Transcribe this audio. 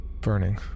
Burning